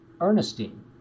Ernestine